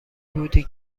بودی